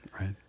Right